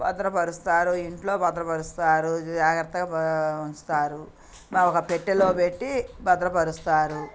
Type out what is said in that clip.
భద్రపరుస్తారు ఇంట్లో భద్రపరుస్తారు జాగ్రత్తగ ఉంచుతారు ఒక పెట్టెలో పెట్టి భద్రపరుస్తారు